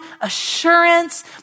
assurance